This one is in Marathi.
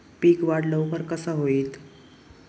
पीक वाढ लवकर कसा होईत?